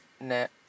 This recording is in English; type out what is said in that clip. Net